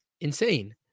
insane